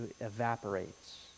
evaporates